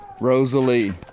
Rosalie